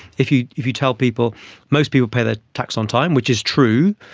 if you if you tell people most people pay their tax on time, which is true,